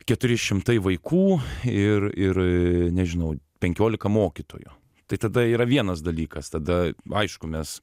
keturi šimtai vaikų ir ir nežinau penkiolika mokytojų tai tada yra vienas dalykas tada aišku mes